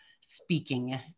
speaking